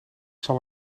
zal